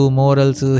morals